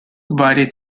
varie